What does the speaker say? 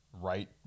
right